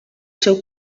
seu